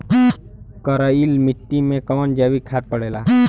करइल मिट्टी में कवन जैविक खाद पड़ेला?